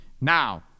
Now